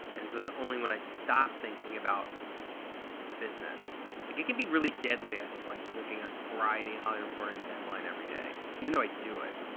and so it was only when i stopped thinking about the business like it can be really deadly, i think, like looking at variety and hollywood reporter and deadline every day, even though i do it.